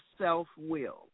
self-will